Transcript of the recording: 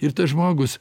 ir tas žmogus